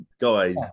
guys